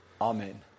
Amen